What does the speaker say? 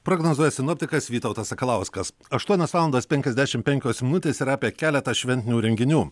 prognozuoja sinoptikas vytautas sakalauskas aštuonios valandos penkiasdešimt penkios minutės yra apie keletą šventinių renginių